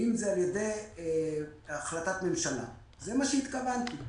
זה מעיד על חולשה של אוכלוסייה